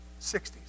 60s